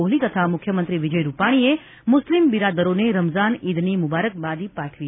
કોહલી તથા મુખ્યમંત્રી વિજય રુપાણીએ મુસ્લિમ બિરાદરોને રમઝાન ઇદની મુબારક બાદ પાઠવી છે